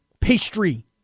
pastry